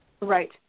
Right